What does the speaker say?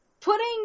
putting